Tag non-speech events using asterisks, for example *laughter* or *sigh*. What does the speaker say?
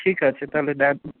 ঠিক আছে তাহলে *unintelligible*